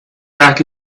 back